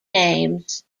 names